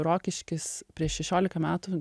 rokiškis prieš šešiolika metų